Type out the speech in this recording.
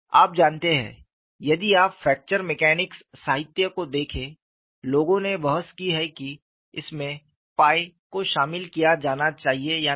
आप जानते हैं यदि आप फ्रैक्चर मैकेनिक्स साहित्य को देखें लोगों ने बहस की है कि इसमें को शामिल किया जाना चाहिए या नहीं